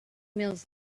meals